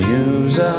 use